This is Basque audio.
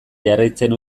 jarraitzen